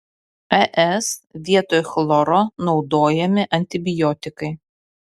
es vietoj chloro naudojami antibiotikai